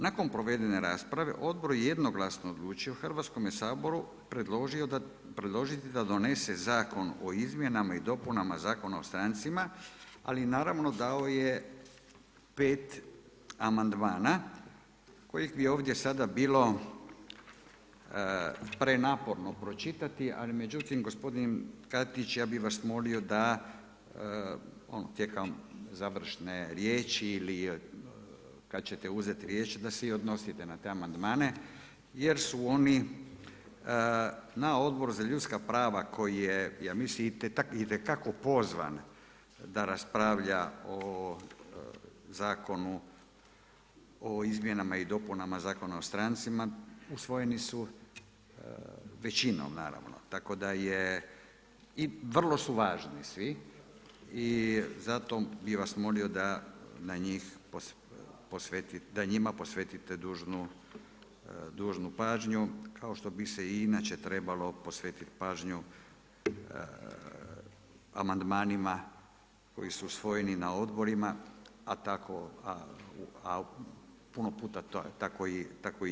Nakon provedene rasprave, odbor je jednoglasno odlučio Hrvatskome saboru predložiti da donese Zakon o izmjenama i dopunama Zakona o strancima, ali naravno dao je 5 amandmana, koji bi ovdje sada bilo prenaporno pročitati ali međutim gospodin Katić, ja bih vas molio da tijekom završne riječi ili kad ćete uzeti riječ, da se i odnosite na te amandmane jer su oni na Odboru za ljudska prava koji je ja mislim itekako pozvan da raspravlja o Zakonu o izmjenama i dopunama Zakona o strancima, usvojeni su većinom, naravno, tako da je, i vrlo su važni svi, zato bih vas molio da njima posvetite dužnu pažnju kao što bi se i inače trebalo posvetiti pažnju amandmanima koji su usvojeni na odborima a puno puta tako i nije.